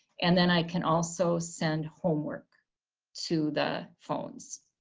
and then i can also send homework to the phones.